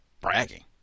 bragging